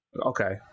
Okay